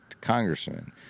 congressman